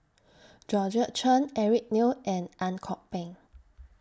Georgette Chen Eric Neo and Ang Kok Peng